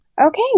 Okay